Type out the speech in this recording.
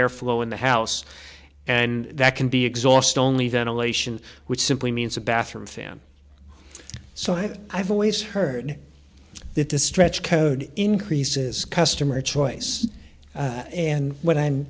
airflow in the house and that can be exhaust only ventilation which simply means a bathroom fan so i think i've always heard that this stretch code increases customer choice and what i'm